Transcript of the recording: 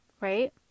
right